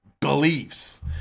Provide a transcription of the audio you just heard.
beliefs